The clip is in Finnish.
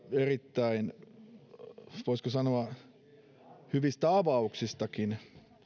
erittäin voisiko sanoa hyvistä avauksistakin